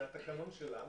מהתקנון שלנו.